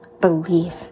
Believe